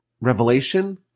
revelation